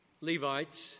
Levites